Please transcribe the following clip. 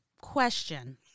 question